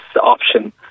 option